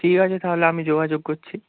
ঠিক আছে তাহলে আমি যোগাযোগ করছি